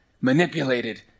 manipulated